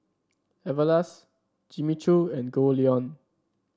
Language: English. Everlast Jimmy Choo and Goldlion